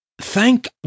Thank